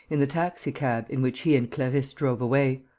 in the taxicab in which he and clarisse drove away.